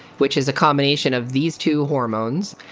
which is a combination of these two hormones,